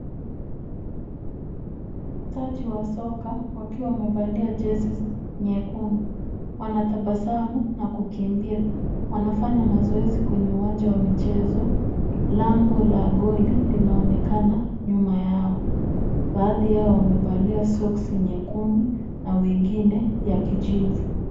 Wachezaji wa soka wakiwa wamevalia jezi nyekundu wanatabasamu na wakikimbia. Wanafanya mazoezi kwenye uwanja wa michezo. lango la goli linaonekana nyuma yao. Baadhi yao wamevalia soksi nyekundu na wengine ya kijivu.